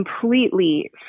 completely